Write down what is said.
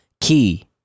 key